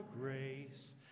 grace